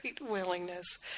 willingness